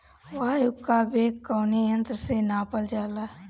वायु क वेग कवने यंत्र से नापल जाला?